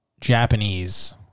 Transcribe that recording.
Japanese